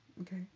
okay